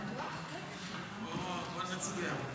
נצביע.